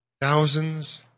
Thousands